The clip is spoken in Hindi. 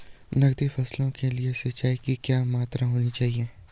नकदी फसलों के लिए सिंचाई की क्या मात्रा होनी चाहिए?